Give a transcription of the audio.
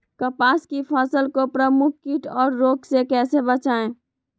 कपास की फसल को प्रमुख कीट और रोग से कैसे बचाएं?